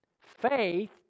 Faith